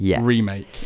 remake